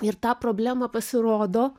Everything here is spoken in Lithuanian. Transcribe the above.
ir tą problemą pasirodo